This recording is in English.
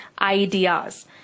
ideas